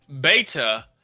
Beta